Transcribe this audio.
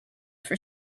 for